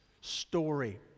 story